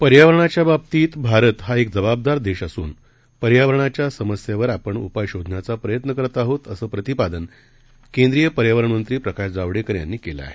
पर्यावरणाच्या बाबतीत भारत हा एक जबाबदार देश असून पर्यावरणाच्या समस्यावर आपण उपाय शोधण्याचा प्रयत्न करत आहोत अस प्रतिपादन केंद्रीय पर्यावरण मंत्री प्रकाश जावडेकर यांनी केलं आहे